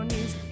News